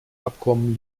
abkommen